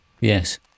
Yes